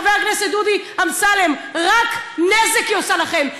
חבר הכנסת דודי אמסלם: רק נזק היא עושה לכם,